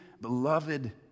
beloved